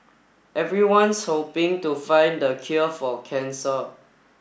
everyone's hoping to find the cure for cancer